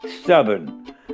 stubborn